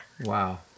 Wow